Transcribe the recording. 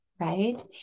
right